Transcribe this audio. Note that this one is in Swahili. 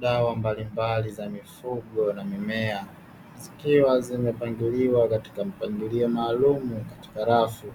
Dawa mbalimbali za mifugo na mimea, zikiwa zimepangiliwa katika mpangilio maalumu katika rafu